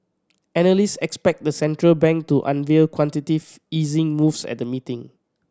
analyst expect the central bank to unveil quantitative easing moves at the meeting